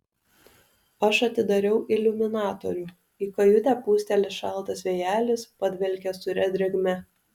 aš atidariau iliuminatorių į kajutę pūsteli šaltas vėjelis padvelkia sūria drėgme